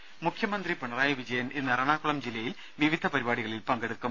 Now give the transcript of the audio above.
രേര മുഖ്യമന്ത്രി പിണറായി വിജയൻ ഇന്ന് എറണാകുളം ജില്ലയിൽ വിവിധ പരിപാടികളിൽ പങ്കെടുക്കും